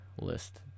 list